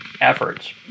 efforts